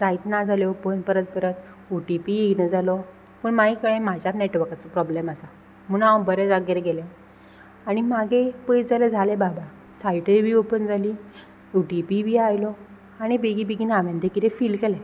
जायत ना जाली ओपन परत परत ओटीपी येयना जालो पूण मागीर कळें म्हाज्यात नॅटवर्काचो प्रॉब्लम आसा म्हुणू हांव बरें जाग्यार गेलें आणी मागे पयत जाल्यार जालें बाबा सायटूय बी ओपन जाली ओटीपी बी आयलो आनी बेगी बेगीन हांवेन तें किजें फील केलें